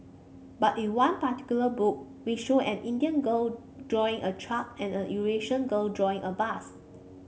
but in one particular book we show an Indian girl drawing a truck and a Eurasian girl drawing a bus